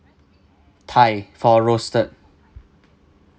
thigh for roasted